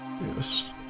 Yes